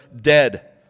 dead